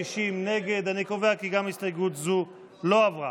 כי גם הסתייגות זו לא עברה.